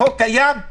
החוק קיים,